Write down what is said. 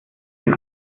den